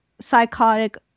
psychotic